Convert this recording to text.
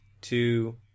two